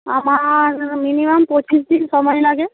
আমার মিনিমাম পঁচিশ দিন সময় লাগে